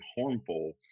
harmful